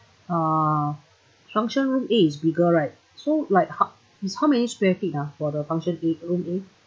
uh function room A is bigger right so like how it's how many square feet ah for the function A room A